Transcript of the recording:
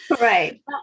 Right